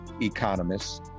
economists